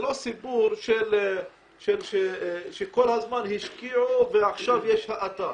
זה לא סיפור שכל הזמן השקיעו ועכשיו יש האטה.